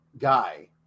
guy